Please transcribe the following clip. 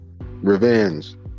Revenge